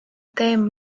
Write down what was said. teema